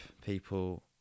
people